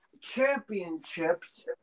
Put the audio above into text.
championships